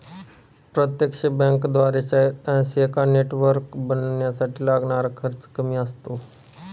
प्रत्यक्ष बँकेद्वारे शाखा नेटवर्क बनवण्यासाठी लागणारा खर्च कमी असतो